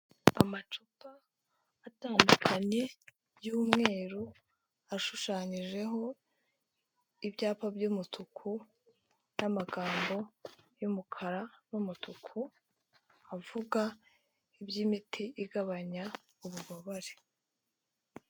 Amacupa atandukanye y'umweru, ashushanyijeho ibyapa by'umutuku n'amagambo y'umukara n'umutuku, avuga iby'imiti igabanya ububabare.